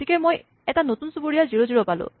গতিকে মই এটা নতুন চুবুৰীয়া জিৰ' জিৰ' পালো